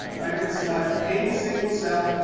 i could select any single cell,